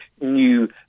new